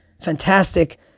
fantastic